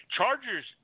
Chargers